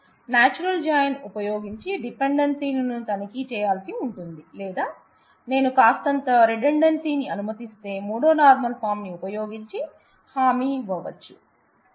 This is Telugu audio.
అందువల్ల నాచురల్ జాయిన్ ఉపయోగించి డిపెండెన్సీలను తనిఖీ చేయాల్సి ఉంటుంది లేదా నేను కాస్తంత రిడండెన్స్ ని అనుమతిస్తే మూడో నార్మల్ ఫార్మ్ న్ని ఉపయోగించి హామీ ఇవ్వవచ్చు